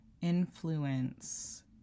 influence